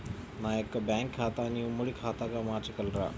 నా యొక్క బ్యాంకు ఖాతాని ఉమ్మడి ఖాతాగా మార్చగలరా?